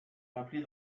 rappelé